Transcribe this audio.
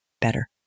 better